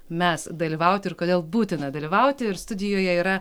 mes dalyvauti ir kodėl būtina dalyvauti ir studijoje yra